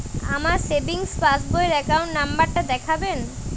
আমার সেভিংস পাসবই র অ্যাকাউন্ট নাম্বার টা দেখাবেন?